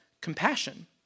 compassion